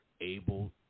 able